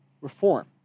reform